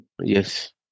yes